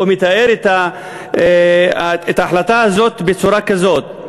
או מתאר את ההחלטה הזאת בצורה כזאת,